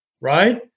right